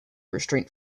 restraint